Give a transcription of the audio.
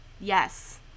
Yes